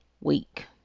week